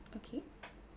okay